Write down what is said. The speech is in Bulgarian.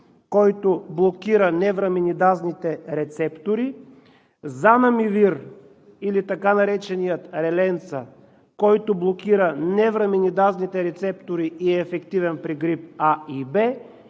който блокира невраминидазните рецептори. Zanamivir, или така нареченият Relenza, който блокира невраминидазните рецептори и е ефективен при грип А и Б.